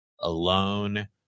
alone